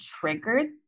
triggered